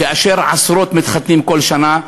כאשר עשרות מתחתנים כל שנה,